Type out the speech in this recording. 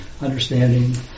understanding